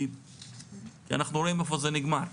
כי אנחנו רואים איפה זה נגמר.